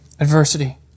Adversity